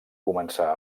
començar